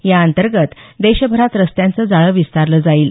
याअंतर्गत देशभरात रस्त्यांचं जाळ विस्तारलं जाईल